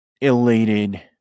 elated